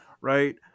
right